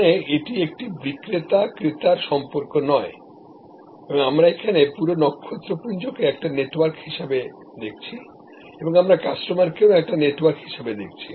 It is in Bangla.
এখানে এটি একটি বিক্রেতা ক্রেতার সম্পর্ক নয় এবং আমরা এখানে পুরো নক্ষত্রপুঞ্জ কে একটা নেটওয়ার্ক হিসেবে দেখছি এবং আমরা কাস্টমার কে ও একটা নেটওয়ার্ক হিসেবে দেখছি